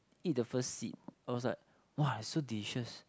eat the first seed I was like !wah! it's so delicious